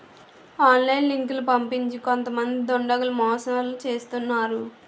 online లింకులు పంపించి కొంతమంది దుండగులు మోసాలు చేస్తున్నారు